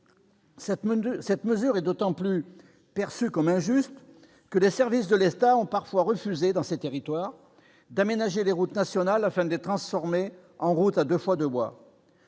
Cette mesure est perçue comme d'autant plus injuste que les services de l'État ont parfois refusé, dans ces territoires, d'aménager les routes nationales afin de les transformer en routes à deux fois deux voies.